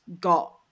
got